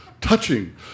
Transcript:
touching